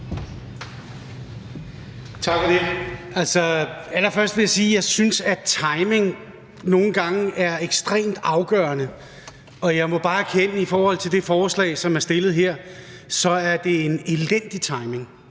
Tak for det. Allerførst vil jeg sige, at jeg synes, at timing nogle gange er ekstremt afgørende. Og jeg må bare erkende, at i forhold til det forslag, der er fremsat her, så er det en elendig timing.